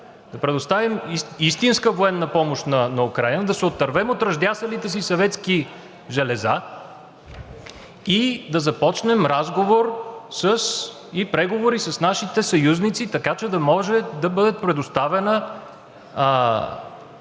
да предоставим истинска военна помощ на Украйна, да се отървем от ръждясалите си съветски железа и да започнем разговори и преговори с нашите съюзници, така че да може да бъдат предоставени